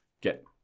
get